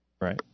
Right